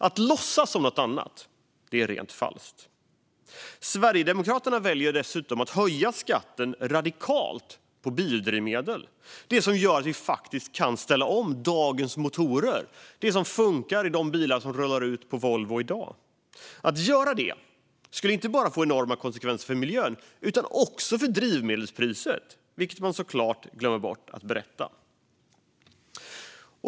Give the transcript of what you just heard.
Att låtsas som något annat är falskt. Sverigedemokraterna väljer dessutom att höja skatten radikalt på biodrivmedel, det som gör att vi faktiskt kan ställa om dagens motorer och det som funkar i de bilar som rullar ut från Volvo i dag. Om man gör det får det inte bara enorma konsekvenser för miljön utan också för drivmedelspriset, vilket man såklart glömmer bort att berätta.